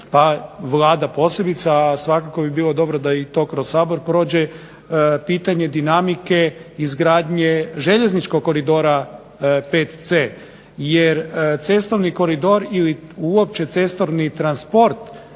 pa Vlada posebice, a svakako bi bilo dobro da i to kroz Sabor prođe, pitanje dinamike, izgradnje željezničkog Koridora VC. Jer cestovni koridor ili uopće cestovni transport